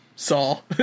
Saul